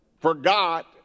forgot